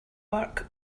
work